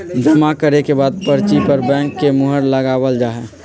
जमा करे के बाद पर्ची पर बैंक के मुहर लगावल जा हई